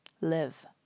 live